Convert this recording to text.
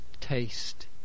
taste